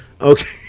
Okay